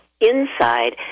inside